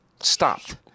stopped